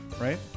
right